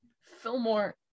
Fillmore